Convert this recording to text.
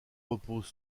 repose